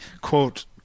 quote